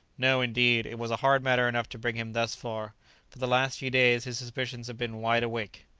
no, indeed it was a hard matter enough to bring him thus far for the last few days his suspicions have been wide awake.